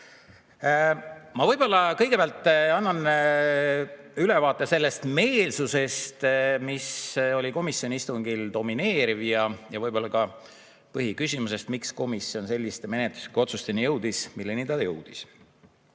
Ma kõigepealt annan ülevaate sellest meelsusest, mis oli komisjoni istungil domineeriv, ja võib-olla ka põhiküsimusest, miks komisjon selliste menetluslike otsusteni jõudis, nagu ta jõudis.